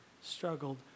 struggled